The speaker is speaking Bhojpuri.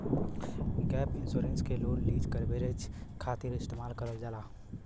गैप इंश्योरेंस के लोन लीज कवरेज खातिर इस्तेमाल करल जाला